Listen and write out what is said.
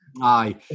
Aye